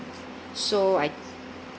so I